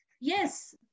Yes